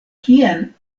kien